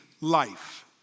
life